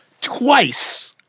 twice